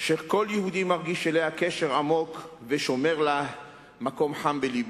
שכל יהודי מרגיש אליה קשר עמוק ושומר לה מקום חם בלבו.